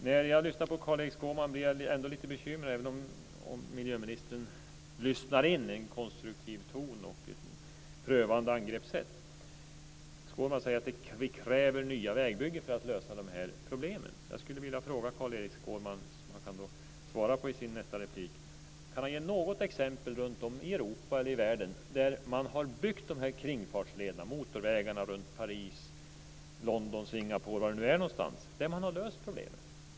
När jag lyssnar på Carl-Erik Skårman blir jag lite bekymrad, även om miljöministern lyssnar in en konstruktiv ton och ett prövande angreppssätt. Skårman säger att man kräver nya vägbyggen för att lösa de här problemen. Jag har en fråga till Carl-Erik Skårman. Han kan svara på den i sin nästa replik. Kan han ge något exempel runtom i Europa eller i världen där man har byggt de här kringfartslederna - motorvägar runt Paris, London eller Singapore - och löst problemet?